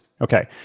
Okay